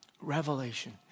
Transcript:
Revelation